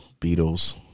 Beatles